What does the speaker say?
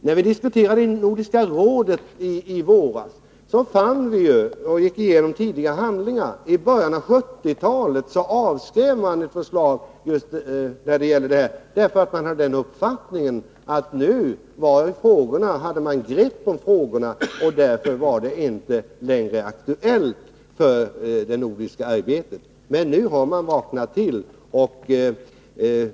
När vi i Nordiska rådet i våras diskuterade den här frågan och gick igenom tidigare handlingar fann vi att man i början av 1970-talet avskrev ett förslag på detta område, därför att man hade uppfattningen att man hade ett grepp om frågorna och att de därför inte längre var aktuella för det nordiska arbetet. Nu har man emellertid vaknat till.